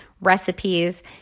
recipes